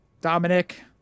Dominic